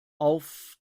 auf